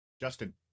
Justin